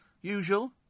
Usual